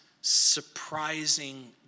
surprising